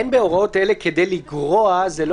אין בהוראות אלה כדי לגרוע זה לא